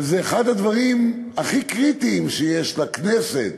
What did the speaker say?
שזה אחד הדברים הכי קריטיים בכנסת,